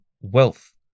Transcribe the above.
wealth